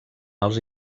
els